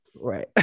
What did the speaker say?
Right